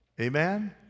Amen